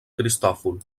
cristòfol